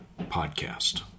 podcast